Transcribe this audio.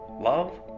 love